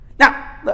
Now